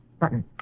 Button